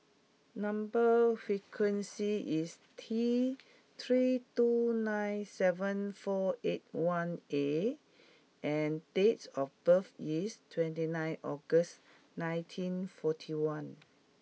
number sequence is T three two nine seven four eight one A and dates of birth is twenty nine August nineteen forty one